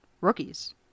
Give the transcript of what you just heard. rookies